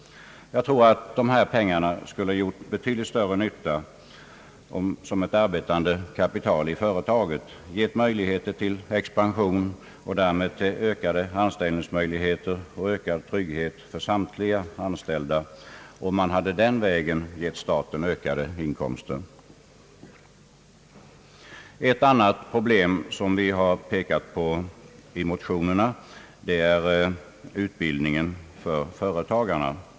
Jag tror att dessa pengar skulle gjort betydligt större nytta som ett arbetande kapital i företaget, som givit möjligheter till expansion och därmed ökade anställningstillfällen och ökad trygghet för samtliga anställda. Man hade den vägen även givit staten ökade skatteinkomster. Ett annat problem, som vi har pekat på i motionerna, gäller utbildningen för företagarna.